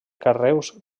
carreus